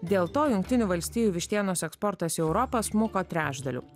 dėl to jungtinių valstijų vištienos eksportas į europą smuko trečdaliu